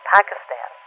Pakistan